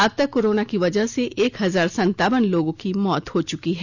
अबतक कोरोना की वजह से एक हजार संतावन लोगों की मौत हो चुकी है